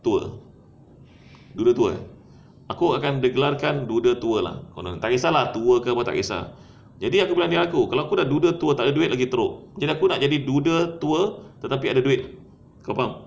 tua duda tua eh aku akan bergelarkan duda tua lah tak kisah lah tua ke pun tak kisah jadi aku bilang diri aku kalau aku dah duda tua tak ada duit lagi teruk jadi aku nak jadi duda tua tetapi ada duit kau faham